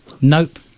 Nope